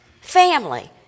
Family